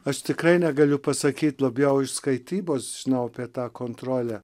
aš tikrai negaliu pasakyt labiau iš skaitybos žinau apie tą kontrolę